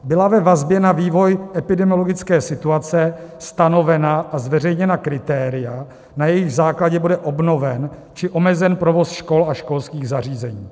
I. byla ve vazbě na vývoj epidemiologické situace stanovena a zveřejněna kritéria, na jejichž základě bude obnoven či omezen provoz škol a školských zařízení;